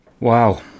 Wow